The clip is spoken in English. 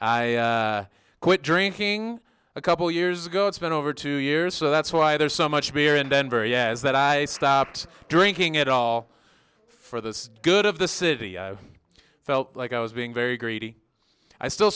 i quit drinking a couple years ago it's been over two years so that's why there's so much beer in denver yaz that i stopped drinking at all for the good of the city i felt like i was being very greedy i still